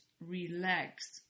relax